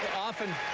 often.